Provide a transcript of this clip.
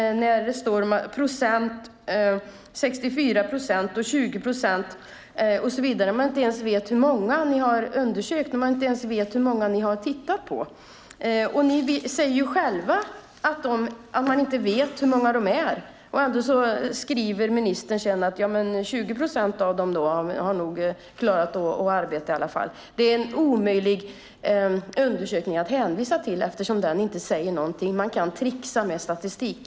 Det står om 64 procent och 20 procent och så vidare, men man vet inte hur många som ingår i undersökningen och hur många ni har tittat på. Ni säger själva att man inte vet hur många det är. Ändå skriver ministern att 20 procent av dem nog har klarat att arbeta. Det är omöjligt att hänvisa till den undersökningen eftersom den inte säger någonting. Man kan trixa med statistik.